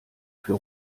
für